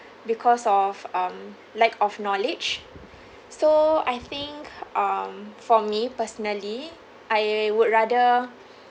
because of um lack of knowledge so I think um for me personally I would rather